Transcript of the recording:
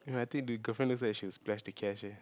no I think the girlfriend looks like she will splash the cash eh